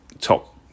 top